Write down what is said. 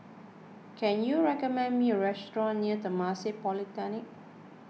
can you recommend me a restaurant near Temasek Polytechnic